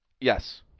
Yes